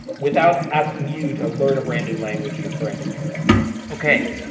without asking you to learn a brand new language in a brand new paradigm okay.